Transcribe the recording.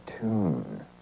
tune